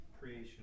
creation